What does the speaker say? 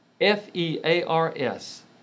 F-E-A-R-S